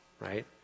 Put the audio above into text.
right